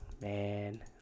Man